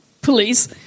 police